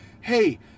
hey